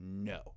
no